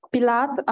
Pilat